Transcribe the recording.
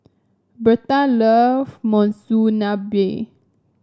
Bertha love Monsunabe